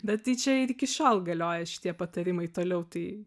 bet tai čia ir iki šiol galioja šitie patarimai toliau tai